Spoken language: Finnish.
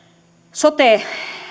sote